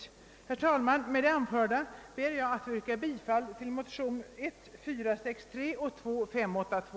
Herr talman! Med det anförda ber jag att få yrka bifall till motionerna 1: 463 och II: 582.